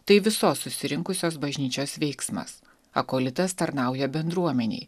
tai visos susirinkusios bažnyčios veiksmas akolitas tarnauja bendruomenei